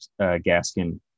Gaskin